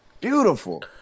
Beautiful